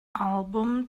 album